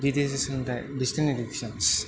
बिदेसि सोलोंथाइ distance education